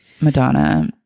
madonna